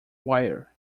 wire